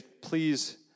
please